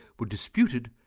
were disputed,